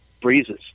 breezes